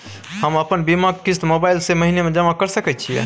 हम अपन बीमा के किस्त मोबाईल से महीने में जमा कर सके छिए?